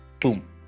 boom